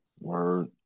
Word